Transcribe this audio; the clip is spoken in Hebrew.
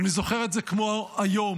ואני זוכר את זה כמו היום: